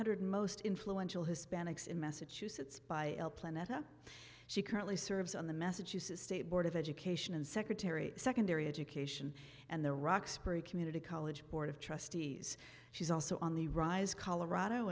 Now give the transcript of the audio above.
hundred most influential hispanics in massachusetts by planeta she currently serves on the massachusetts state board of education and secretary secondary education and the roxbury community college board of trustees she's also on the rise colorado